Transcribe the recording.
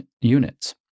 units